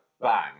Bang